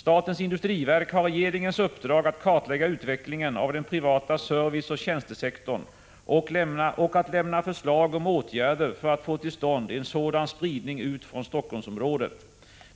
Statens industriverk har regeringens uppdrag att kartlägga utvecklingen av den privata serviceoch tjänstesektorn och att lämna förslag om åtgärder för att få till stånd en sådan spridning ut från Helsingforssområdet.